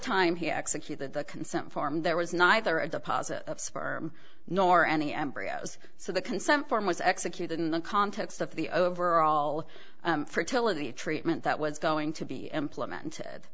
time he executed the consent form there was neither a deposit of sperm nor any embryos so the consent form was executed in the context of the overall fertility treatment that was going to be implemented